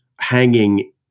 hanging